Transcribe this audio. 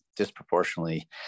disproportionately